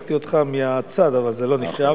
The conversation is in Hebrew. בירכתי אותך מהצד, אבל זה לא נחשב.